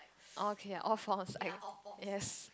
okay all false I yes